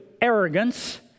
arrogance